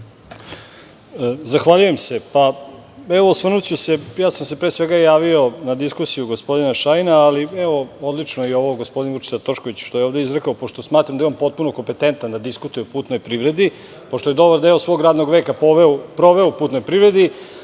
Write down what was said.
Zahvaljujem se. Pre svega javio sam se na diskusiju gospodina Šajna, ali odlično je i ovo gospodina Vučete Toškovića što je ovde izrekao, pošto smatram da je on potpuno kompetentan da diskutuje o putnoj privredi, pošto je dobar deo svog radnog veka proveo u putnoj privredi,